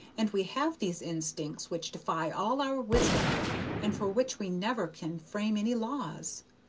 and we have these instincts which defy all our wisdom and for which we never can frame any laws.